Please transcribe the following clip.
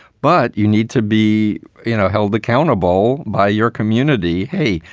but you need to be you know held accountable by your community. hey,